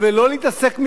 ולא להתעסק,